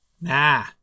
Nah